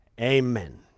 Amen